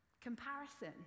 comparison